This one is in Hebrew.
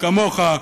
כמוך,